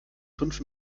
fünf